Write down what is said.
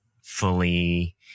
fully